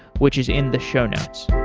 which is in the show notes.